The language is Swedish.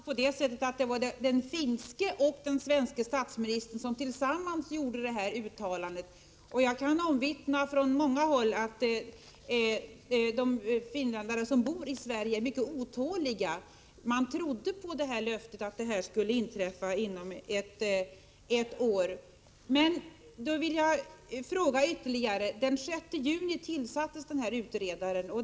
Herr talman! Men uttalandet gjordes de facto av den finske och den svenske statsministern tillsammans. På grundval av uppgifter från många håll kan jag omvittna att de finländare som bor i Sverige är mycket otåliga. De trodde på löftet att sändningarna skulle komma i gång inom ett år. Jag vill ställa ytterligare en fråga. Den 6 juni tillkallades en särskild utredare.